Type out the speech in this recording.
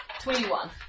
Twenty-one